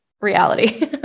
reality